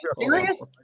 serious